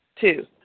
Two